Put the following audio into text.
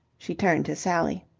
she turned to sally.